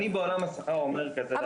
אני בעולם השכר אומר כזה דבר --- אבל